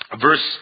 Verse